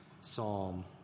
psalm